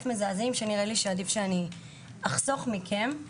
מזעזעים ונראה לי שעדיף שאחסוך אותם מכם.